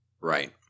Right